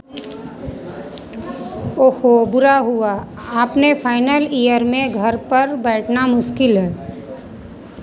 ओह हो बुरा हुआ अपने फाइनल इयर में घर पर बैठना मुश्किल है